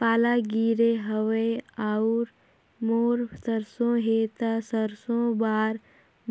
पाला गिरे हवय अउर मोर सरसो हे ता सरसो बार